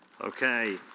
Okay